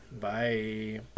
Bye